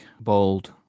bold